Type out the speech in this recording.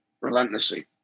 relentlessly